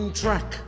track